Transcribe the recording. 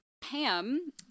Pam